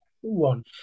one